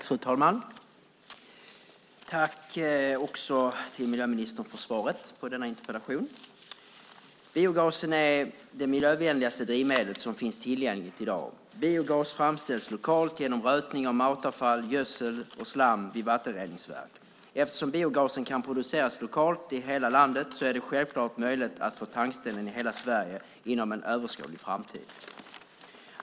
Fru talman! Tack, miljöministern, för svaret på denna interpellation! Biogasen är det mest miljövänliga drivmedel som finns tillgängligt i dag. Biogas framställs lokalt genom rötning av matavfall, gödsel och slam vid vattenreningsverk. Eftersom biogasen kan produceras lokalt i hela landet är det självfallet möjligt att få tankställen i hela Sverige inom en överskådlig framtid.